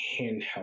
handheld